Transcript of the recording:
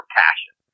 passion